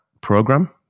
program